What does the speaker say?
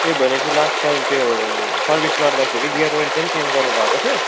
ए भनेपछि last time त्यो service गर्दाखेरि गियर ओइल पनि चेन्ज गर्नु भएको थियो